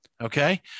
okay